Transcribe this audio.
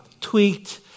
tweaked